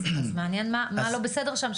אז מעניין מה לא בסדר שם,